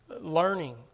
learning